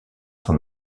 son